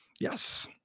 Yes